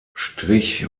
strich